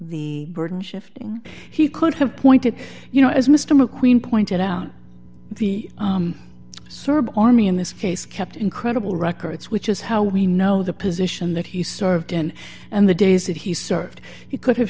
the burden shifting he could have pointed you know as mr mcqueen pointed out the serb army in this case kept incredible records which is how we know the position that he served and in the days that he served he could have